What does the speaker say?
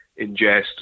ingest